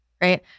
Right